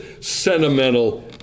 sentimental